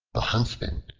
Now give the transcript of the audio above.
the huntsmen,